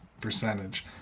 percentage